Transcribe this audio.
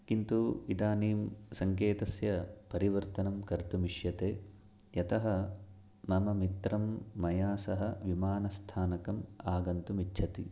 किन्तु इदानीं सङ्केतस्य परिवर्तनं कर्तुम् इष्यते यतः मम मित्रं मया सह विमानस्थानकम् आगन्तुम् इच्छति